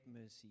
mercy